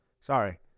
sorry